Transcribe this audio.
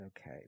okay